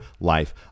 life